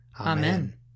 Amen